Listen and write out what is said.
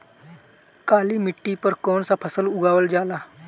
काली मिट्टी पर कौन सा फ़सल उगावल जाला?